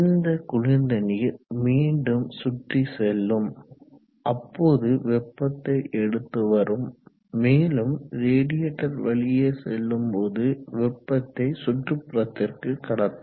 இந்த குளிர்ந்த நீர் மீண்டும் சுற்றி செல்லும் அப்போது வெப்பத்தை எடுத்து வரும் மேலும் ரேடியேட்டர் வழியே செல்லும்போது வெப்பத்தை சுற்றுப்புறத்திற்கு கடத்தும்